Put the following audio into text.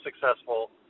successful